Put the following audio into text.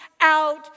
out